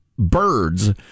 birds